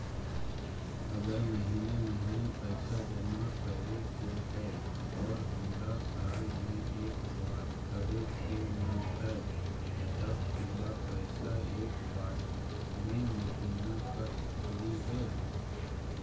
अगर महिने महिने पैसा जमा करे के है और हमरा साल में एक बार करे के मन हैं तब पुरा पैसा एक बार में महिना कर सकली हे?